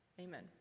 amen